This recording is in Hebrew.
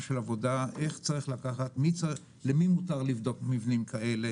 של עבודה למי מותר לבדוק מבנים כאלה.